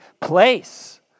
place